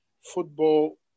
football